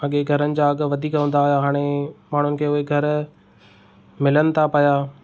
अॻे घरनि जा अघु वधीक हूंदा हुआ हाणे माण्हुनि खे घर मिलनि था पिया